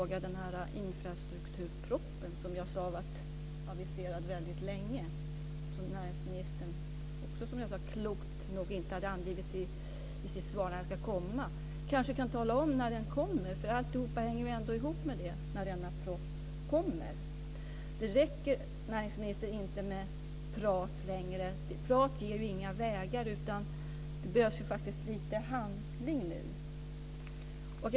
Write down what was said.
Det gällde den här infrastrukturpropositionen som jag sade har varit aviserad väldigt länge och som näringsministern, som jag också sade, klokt nog inte hade angivit i sitt svar när den ska komma. Han kanske kan tala om när den kommer? Allting hänger ju ändå ihop med när denna proposition kommer. Det räcker inte med prat längre, näringsministern. Prat ger inga vägar. Det behövs faktiskt lite handling nu.